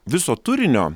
viso turinio